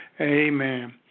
Amen